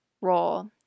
role